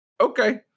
okay